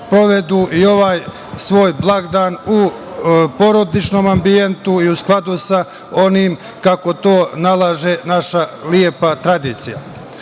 i ovaj svoj blagdan u porodičnom ambijentu i u skladu sa onim kako to nalaže naša lepa tradicija. Stranka